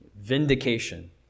vindication